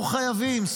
אנחנו חייבים,